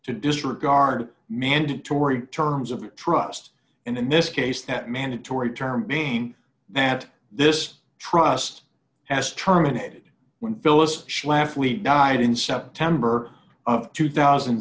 to disregard mandatory terms of trust and in this case that mandatory term being that this trust has terminated when phyllis schlafly died in september of two thousand